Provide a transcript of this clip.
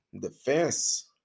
defense